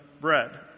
bread